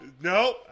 no